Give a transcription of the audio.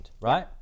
right